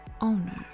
owner